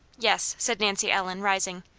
yes, said nancy ellen, rising,